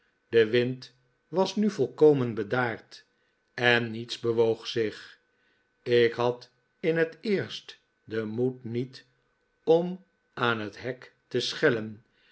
de wind was nu volkomen bedaard en niets bewoog zich ik had in het eerst den moed niet om aan het hek te schellen